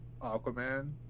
Aquaman